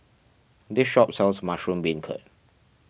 this shop sells Mushroom Beancurd